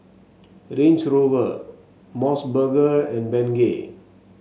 Range Rover MOS burger and Bengay